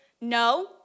no